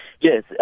Yes